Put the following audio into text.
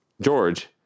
George